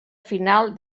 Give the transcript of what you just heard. final